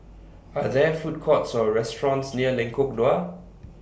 Are There Food Courts Or restaurants near Lengkok Dua